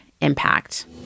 impact